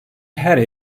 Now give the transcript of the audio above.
her